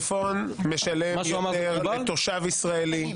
התעריפון משלם יותר לאזרח ישראלי.